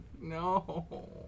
No